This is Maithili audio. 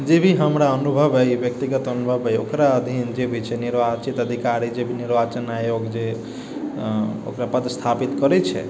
जे भी हमरा अनुभव अय व्यक्तिगत अनुभव अय ओकरा अधीन जे भी छै निर्वाचित अधिकारी जे भी निर्वाचन आयोग जे ओकरा जे ओकरा पदस्थापित करै छै